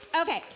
Okay